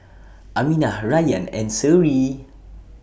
Aminah Rayyan and Seri